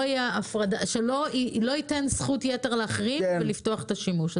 שלא ייתן זכות ייתר להחרים ולפתוח את השימוש.